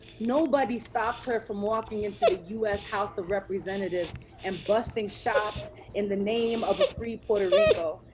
nobody stopped her from walking into the us house of representatives and busting shots in the name of a free puerto rico.